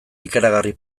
ikaragarri